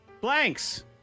blanks